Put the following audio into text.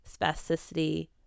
spasticity